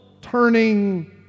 turning